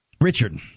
Richard